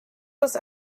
was